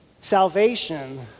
Salvation